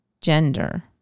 gender